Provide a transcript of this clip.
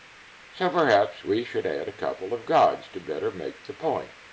so, perhaps we should add a couple of gods to better make the point.